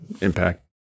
impact